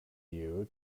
you